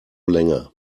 länger